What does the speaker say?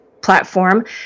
platform